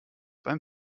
beim